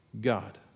God